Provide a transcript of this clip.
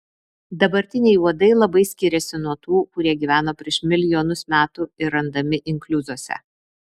dabartiniai uodai labai skiriasi nuo tų kurie gyveno prieš milijonus metų ir randami inkliuzuose